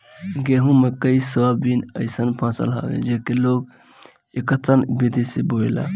गेंहू, मकई, सोयाबीन अइसन फसल हवे जेके लोग एकतस्सन विधि से बोएला